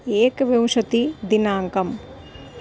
एकविंशतिः दिनाङ्कः